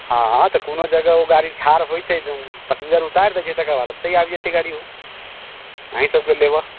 हँ हँ तऽ कोनो जगह ओ गाड़ी ठाड़ होय छै तऽ पसिंजर उतैर दय छै तकर बाद एते आइब जेतय गाड़ी ओ अहिं सबके लेबऽ